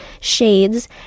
shades